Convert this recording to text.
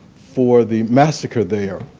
for the massacre there,